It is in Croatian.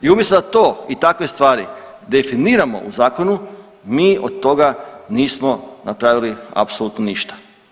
I umjesto da to i takve stvari definiramo u zakonu, mi od toga nismo napravili apsolutno ništa.